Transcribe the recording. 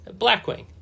Blackwing